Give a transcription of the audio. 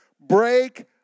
Break